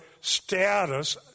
status